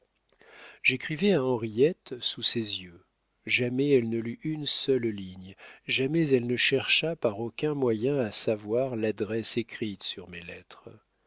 j'écrivais à henriette sous ses yeux jamais elle ne lut une seule ligne jamais elle ne chercha par aucun moyen à savoir l'adresse écrite sur mes lettres